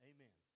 Amen